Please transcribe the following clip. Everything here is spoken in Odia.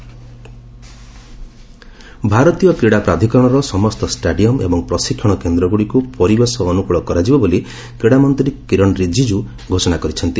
ରିଜିଜ୍ମ ଷ୍ଟାଡିୟମ୍ ଭାରତୀୟ କ୍ରୀଡ଼ା ପ୍ରାଧିକରଣର ସମସ୍ତ ଷ୍ଟାଡିୟମ୍ ଏବଂ ପ୍ରଶିକ୍ଷଣ କେନ୍ଦ୍ରଗୁଡ଼ିକୁ ପରିବେଶ ଅନୁକୂଳ କରାଯିବ ବୋଲି କ୍ରୀଡ଼ାମନ୍ତୀ କିରଣ ରିଜିଜ୍ଞ ଘୋଷଣା କରିଛନ୍ତି